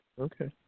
Okay